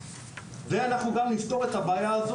ואנחנו גם נפתור את הבעיה הנקודתית של